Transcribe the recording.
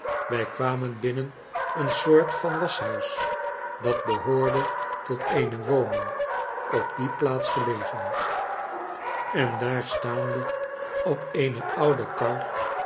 wij kwamen binnen een soort van waschhuis clat behoorde tot eene woning op die plaats gelegen en daar staande op eene oude kar